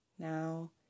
Now